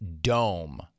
dome